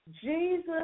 Jesus